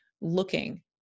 looking